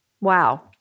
Wow